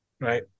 right